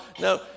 no